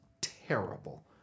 terrible